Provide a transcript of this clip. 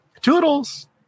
toodles